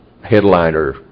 headliner